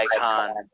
icon